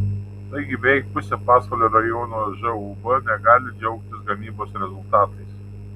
taigi beveik pusė pasvalio rajono žūb negali džiaugtis gamybos rezultatais